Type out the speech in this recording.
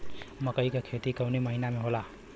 मकई क खेती कवने महीना में होला?